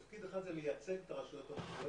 תפקיד אחד זה לייצג את הרשויות המקומיות